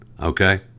Okay